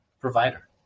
provider